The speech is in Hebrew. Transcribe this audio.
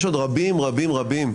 יש עוד רבים רבים רבים.